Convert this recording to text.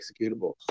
executable